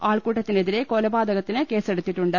ആൾക്കൂട്ടത്തിനെതിരെ കൊലപാതകത്തിന് കേസെടു ത്തിട്ടുണ്ട്